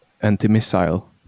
anti-missile